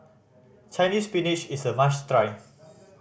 Chinese Spinach is a must try